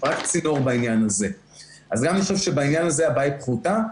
אז אני חושב שבעניין הזה הבעיה היא פחותה.